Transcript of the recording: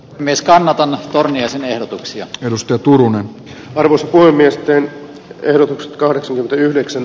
myöskään naton jäsenehdotuksia edustaa turun varuskunnan miesten ehdotukset karsu yhdeksän